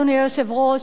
אדוני היושב-ראש,